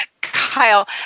Kyle